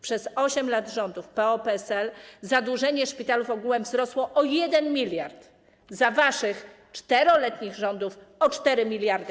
Przez 8 lat rządów PO-PSL zadłużenie szpitali ogółem wzrosło o 1 mld, za waszych 4-letnich rządów - o 4 mld.